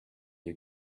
you